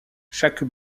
chaque